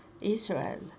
Israel